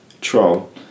Troll